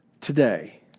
today